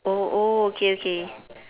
oh oh okay okay